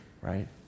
right